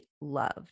loved